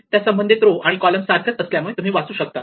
त्या संबंधित रो आणि कॉलम सारखेच असल्यामुळे तुम्ही वाचू शकतात